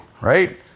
right